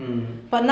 mm